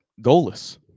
goalless